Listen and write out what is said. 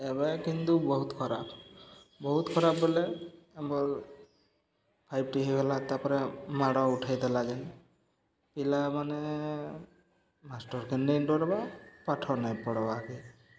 ଏବେ କିନ୍ତୁ ବହୁତ ଖରାପ ବହୁତ ଖରାପ ବଲେ ଆମର ଫାଇପ୍ ଟି ହେଇଗଲା ତା'ପରେ ମାଡ଼ ଉଠାଇ ଦେଲା ଯେନ୍ ପିଲାମାନେ ମାଷ୍ଟର୍ କେ ନେଇଁ ଡରବା ପାଠ ନାଇଁ ପଢ଼୍ବା କେ